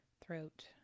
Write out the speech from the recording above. Throat